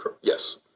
Yes